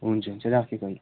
हुन्छ हुन्छ राखेको अहिले